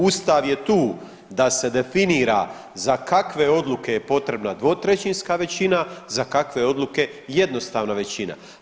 Ustav je tu da se definira za kakve odluke je potrebna 2/3 većina, za kakve odluke jednostavna većina.